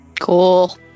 Cool